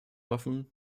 hoffen